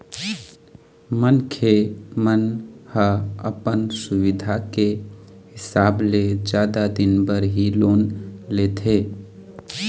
मनखे मन ह अपन सुबिधा के हिसाब ले जादा दिन बर ही लोन लेथे